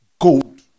gold